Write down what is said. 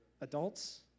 Adults